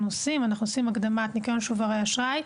עושים; אנחנו עושים הקדמת ניכיון שוברי אשראי,